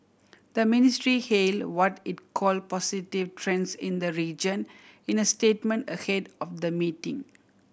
the ministry hail what it called positive trends in the region in a statement ahead of the meeting